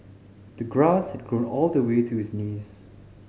the grass had grown all the way to his knees